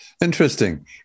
Interesting